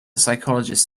psychologist